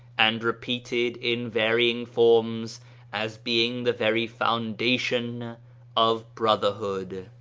and repeated in varying forms as being the very foundation of brotherhood.